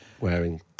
wearing